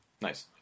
Nice